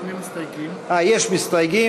יש מסתייגים,